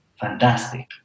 fantastic